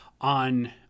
on